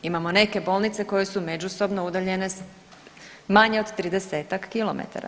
Imamo neke bolnice koje su međusobno udaljene manje od 30-ak kilometara.